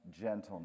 gentleness